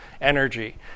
energy